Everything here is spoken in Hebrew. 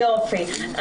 יופי.